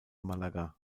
málaga